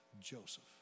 Joseph